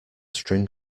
string